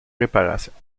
réparations